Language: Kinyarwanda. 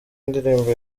ndirimbo